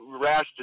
rash